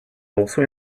also